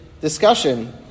discussion